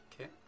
Okay